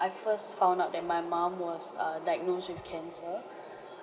I first found out that my mum was err diagnosed with cancer